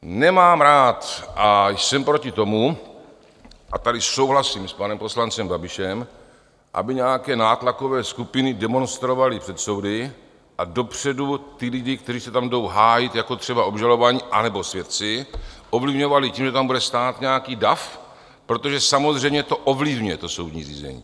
Nemám rád a jsem proti tomu, a tady souhlasím s panem poslancem Babišem, aby nějaké nátlakové skupiny demonstrovaly před soudy a dopředu ty lidi, kteří se tam jdou hájit třeba jako obžalovaní anebo svědci, ovlivňovaly tím, že tam bude stát nějaký dav, protože samozřejmě to ovlivňuje soudní řízení.